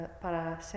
para